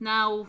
Now